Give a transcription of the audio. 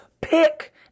pick